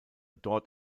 dort